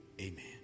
Amen